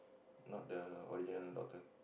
not the original doctor